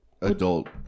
Adult